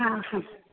हां हां